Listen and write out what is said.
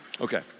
Okay